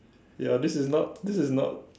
ya this is not this is not